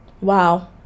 wow